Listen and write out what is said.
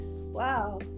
Wow